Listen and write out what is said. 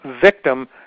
victim